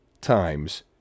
times